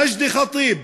מג'די ח'טיב,